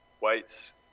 Weights